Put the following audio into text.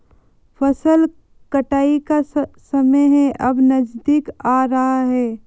फसल कटाई का समय है अब नजदीक आ रहा है